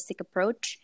approach